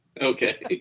Okay